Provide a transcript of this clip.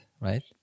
right